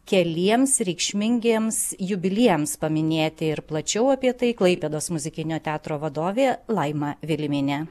keliems reikšmingiems jubiliejams paminėti ir plačiau apie tai klaipėdos muzikinio teatro vadovė laima vilimienė